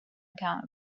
account